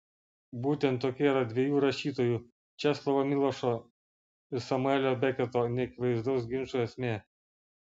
būtent tokia yra dviejų rašytojų česlovo milošo ir samuelio beketo neakivaizdaus ginčo esmė